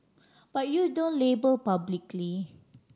but you don't label publicly